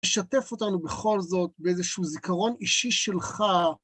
לשתף אותנו בכל זאת באיזשהו זיכרון אישי שלך.